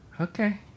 Okay